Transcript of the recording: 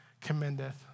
commendeth